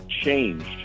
changed